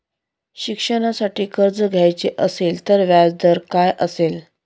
शिक्षणासाठी कर्ज घ्यायचे असेल तर व्याजदर काय असेल?